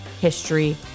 history